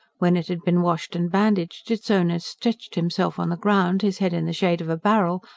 when it had been washed and bandaged, its owner stretched himself on the ground, his head in the shade of a barrel,